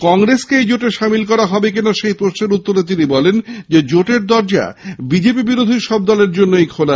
কংগ্রেসকে এই জোটে শামিল করা হবে কিনা সে প্রশ্নের উত্তরে তিনি বলেন জোটের দরজা বিজেপি বিরোধী সব দলের জন্য খোলা